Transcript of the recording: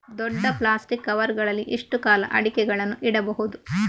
ದೊಡ್ಡ plastic cover ಗಳಲ್ಲಿ ಎಷ್ಟು ಕಾಲ ಅಡಿಕೆಗಳನ್ನು ಇಡಬಹುದು?